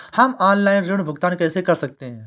हम ऑनलाइन ऋण का भुगतान कैसे कर सकते हैं?